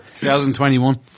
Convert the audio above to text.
2021